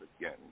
again